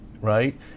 right